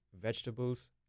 vegetables